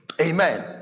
Amen